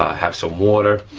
have some water,